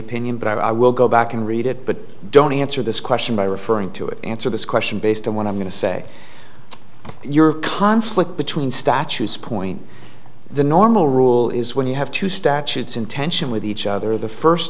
opinion but i will go back and read it but don't answer this question by referring to it answer this question based on what i'm going to say your conflict between statutes point the normal rule is when you have two statutes in tension with each other the first